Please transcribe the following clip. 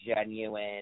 genuine